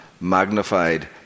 magnified